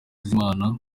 z’imana